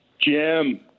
Jim